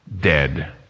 Dead